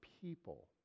people